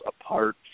apart